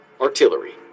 artillery